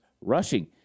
rushing